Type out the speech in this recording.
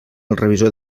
revisor